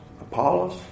Apollos